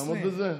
תעמוד בזה?